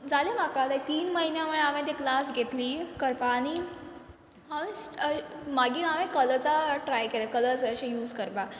जालें म्हाका लायक तीन म्हयने म्हळ्या हांवें ते क्लास घेतली करपा आनी मागीर हांवें कलर्जा ट्राय केलें कलर्ज अशें यूज करपा